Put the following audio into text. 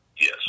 Yes